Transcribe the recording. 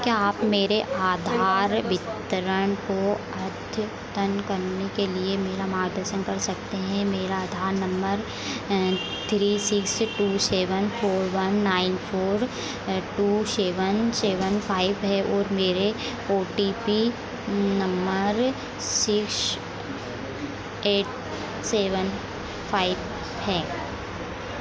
क्या आप मेरे आधार विवरण को अद्यतन करने के लिए मेरा मार्गदर्शन कर सकते हैं मेरा Aadhaar number three six two seven four one nine four two seven seven five है और मेरे O T P number six eight seven five है